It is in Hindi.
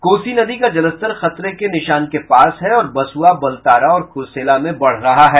कोसी नदी का जलस्तर खतरे के निशान के पास है और बसुआ बलतारा और कुरसेला में बढ़ रहा है